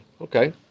Okay